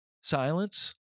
silence